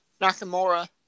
Nakamura